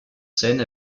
scène